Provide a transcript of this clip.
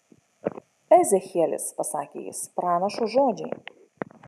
ezechielis pasakė jis pranašo žodžiai